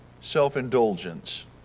self-indulgence